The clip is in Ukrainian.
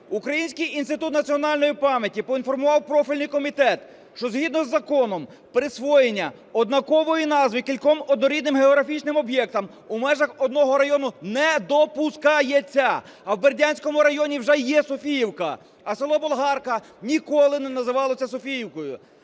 Український інститут національної пам'яті поінформував профільний комітет, що згідно з законом присвоєння однакової назви кільком однорідним географічним об'єктам у межах одного району не допускається, а в Бердянському районі вже є Софіївка, а село Болгарка ніколи не називалося Софіївкою.